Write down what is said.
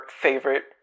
favorite